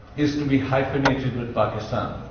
is to be hyphenated with pakistan.